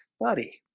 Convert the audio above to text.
buddy